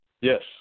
Yes